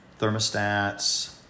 thermostats